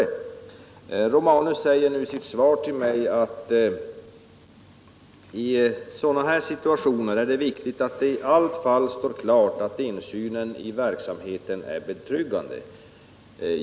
Herr Romanus säger i sitt svar till mig att i ”sådana situationer är det viktigt att det i allt fall står klart att insynen i verksamheten är betryggande”.